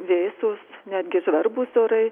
vėsūs netgi žvarbūs orai